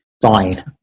fine